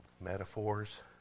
metaphors